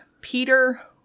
Peter